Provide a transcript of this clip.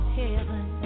heaven